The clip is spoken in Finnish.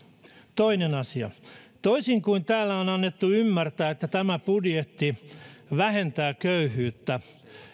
toinen asia toisin kuin täällä on annettu ymmärtää että tämä budjetti vähentää köyhyyttä